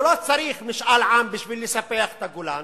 ולא צריך משאל עם כדי לספח את הגולן,